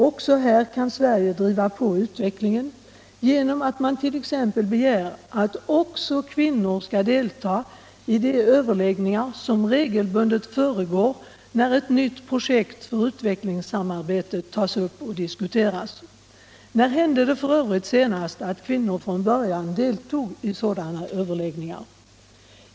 Också här kan Sverige driva på utvecklingen genom att t.ex. begära att också kvinnor får delta i de överläggningar som regelbundet föregår ett nytt projekt för utvecklingssamarbete. När hände det för övrigt senast utt kvinnor från början deltog i sådana överläggningar?